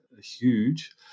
huge